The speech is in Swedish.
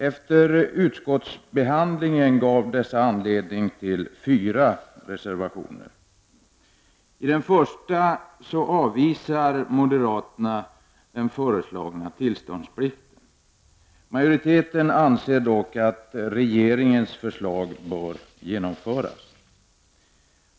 Efter utskottsbehandlingen gav dessa anledning till fyra reservationer. I den första reservationen avvisar moderaterna den föreslagna tillståndsplikten. Majoriteten anser dock att regeringens förslag bör genomföras.